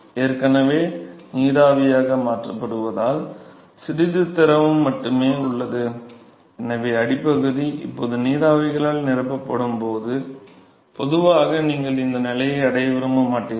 ஏற்கனவே நீராவியாக மாற்றப்படுவதால் சிறிது திரவம் மட்டுமே உள்ளது எனவே அடிப்பகுதி இப்போது நீராவிகளால் நிரப்பப்படும் பொதுவாக நீங்கள் இந்த நிலையை அடைய விரும்ப மாட்டீர்கள்